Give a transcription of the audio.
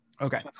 Okay